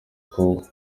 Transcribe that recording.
koko